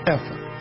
Effort